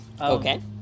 okay